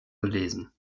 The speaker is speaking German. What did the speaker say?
gelesen